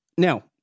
Now